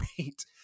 great